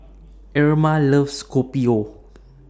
Irma loves Kopi O